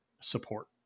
support